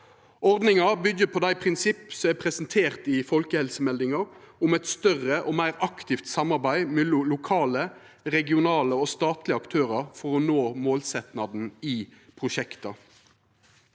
Ordninga byggjer på dei prinsippa som er presenterte i folkehelsemeldinga, om eit større og meir aktivt samarbeid mellom lokale, regionale og statlege aktørar for å nå målsetjinga i prosjekta.